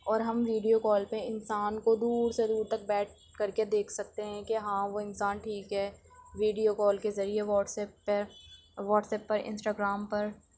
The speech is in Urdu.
اور ہم ویڈیو کال پہ انسان کو دور سے دور تک بیٹھ کر کے دیکھ سکتے ہیں کہ ہاں وہ انسان ٹھیک ہے ویڈیو کال کے ذریعہ واٹس ایپ پہ واٹس ایپ پر انسٹاگرام پر